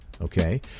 okay